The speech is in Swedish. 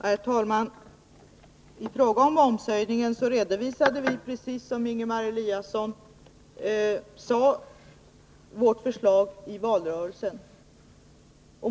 Herr talman! Vårt förslag i fråga om momshöjningen redovisade vi, precis som Ingemar Eliasson sade, i valrörelsen.